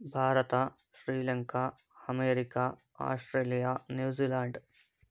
Bharat Sri Lanka America Australia New Zealand